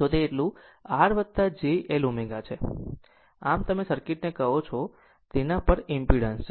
તો તે એટલું R j L ω છે આમ આ તમે સર્કિટને કહો છો તેના પર ઈમ્પીડન્સ છે